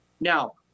Now